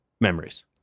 memories